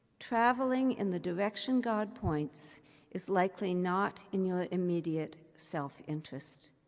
traveling in the direction god points is likely not in your immediate self-interest.